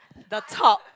the top